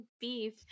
beef